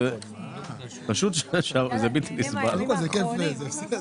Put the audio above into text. כי זה פשוט בלתי נסבל.